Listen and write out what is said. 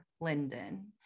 Linden